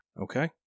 Okay